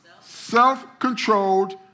Self-controlled